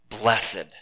blessed